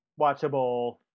watchable